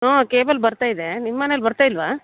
ಹ್ಞೂ ಕೇಬಲ್ ಬರ್ತಾಯಿದೆ ನಿಮ್ಮ ಮನೇಲ್ಲಿ ಬರ್ತಾಯಿಲ್ಲವಾ